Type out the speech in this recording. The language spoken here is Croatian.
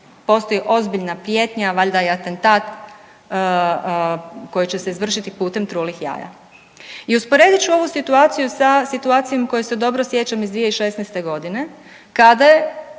postoji ozbiljna prijetnja valjda i atentat koji će se izvršiti putem trulih jaja i usporedit ću ovu situaciju sa situacijom koje se dobro sjećam iz 2016. godine kada je